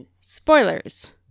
Spoilers